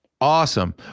Awesome